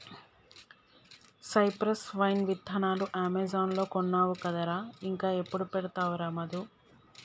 cypress vine విత్తనాలు Amazon లో కొన్నావు కదరా ఇంకా ఎప్పుడు పెడతావురా మధు